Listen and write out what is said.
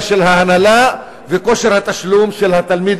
של ההנהלה ולכושר התשלום של התלמיד,